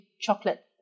chocolate